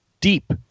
deep